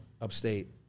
upstate